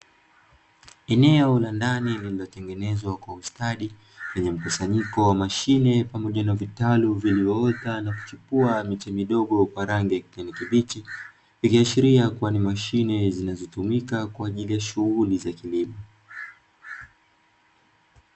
Eneo la ndani lililotengenezwa kwa ustadi kwenye mkusanyiko wa mashine pamoja na vitalu vilivyo ota na kuchipua miti midogo kwa rangi kibichi, ikiashiria kuwa ni mashine zinazotumika kwa ajili ya shughuli za kilimo.